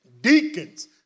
Deacons